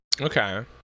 Okay